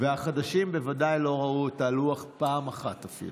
והחדשים בוודאי לא ראו את הלוח אפילו פעם אחת.